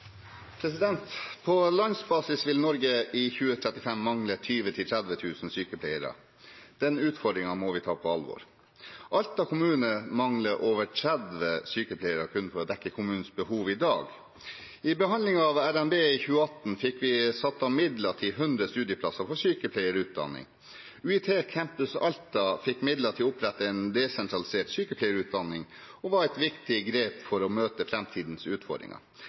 På landsbasis vil Norge i 2035 mangle 20 000–30 000 sykepleiere. Den utfordringen må vi ta på alvor. Alta kommune mangler over 30 sykepleiere kun for å dekke kommunens behov i dag. I behandlingen av RNB i 2018 fikk vi satt av midler til 100 studieplasser for sykepleierutdanning. UiT Campus Alta fikk midler til å opprette en desentralisert sykepleierutdanning, som var et viktig grep for å møte framtidens utfordringer.